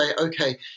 okay